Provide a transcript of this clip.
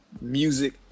music